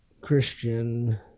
Christian